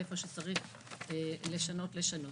ואיפה שצריך לשנות לשנות.